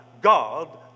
God